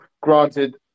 granted